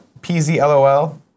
PZLOL